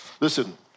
Listen